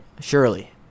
Surely